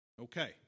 Okay